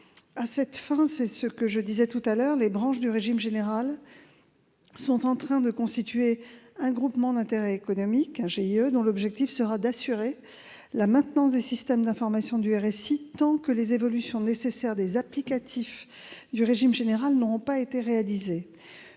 À cette fin, comme je le disais il y a quelques instants, les branches du régime général sont en train de constituer un groupement d'intérêt économique- GIE -, dont l'objectif sera d'assurer la maintenance des systèmes d'information du RSI tant que les évolutions nécessaires des applicatifs du régime général n'auront pas été réalisées.